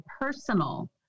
personal